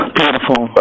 Beautiful